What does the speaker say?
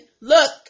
Look